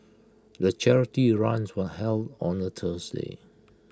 the charity runs was held on A Tuesday